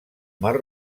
mar